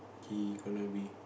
he gonna be